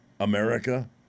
America